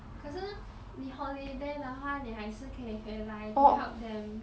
可是你 holiday 的话你还是可以回来 to help them